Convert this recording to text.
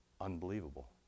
unbelievable